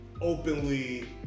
openly